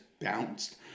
bounced